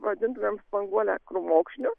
vadintumėm spanguolę krūmokšniu